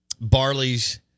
barley's